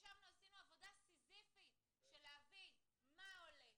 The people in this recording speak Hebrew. ישבנו ועשינו עבודה סיזיפית של להבין מה עולה,